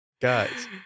Guys